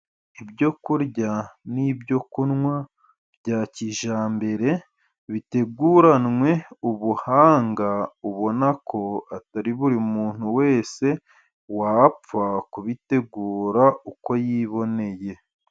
Ibyo kurya n'ibyo kunywa bya kijyambere biteguranwe ubuhanga ubona ko atari buri muntu wese wapfa kubitegura uko yiboneye.